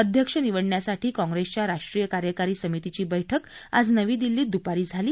अध्यक्ष निवडण्यासाठी काँग्रेसच्या राष्ट्रीय कार्यकारी समितीची बैठक आज नवी दिल्लीत द्पारी झाली